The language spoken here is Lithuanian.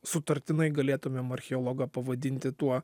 sutartinai galėtumėm archeologą pavadinti tuo